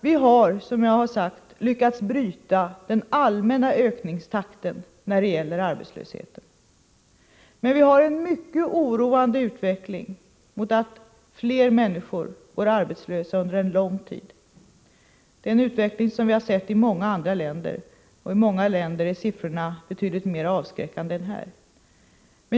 Vi har, som jag har sagt, lyckats bryta den allmänna ökningstakten när det gäller arbetslöshet, men vi har en mycket oroande utveckling mot att fler människor går arbetslösa under lång tid. Det är en utveckling som vi sett i många andra länder, och i många länder är siffrorna betydligt mer avskräckande än här.